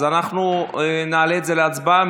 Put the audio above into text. אז אנחנו נעלה את זה להצבעה.